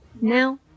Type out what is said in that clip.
Now